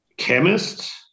Chemist